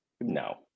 No